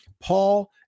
Paul